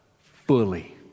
fully